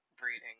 breeding